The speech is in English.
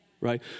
Right